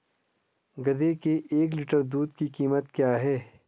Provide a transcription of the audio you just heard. गधे के एक लीटर दूध की कीमत क्या है?